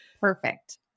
Perfect